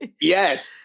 Yes